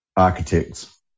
architects